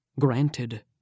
Granted